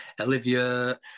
Olivia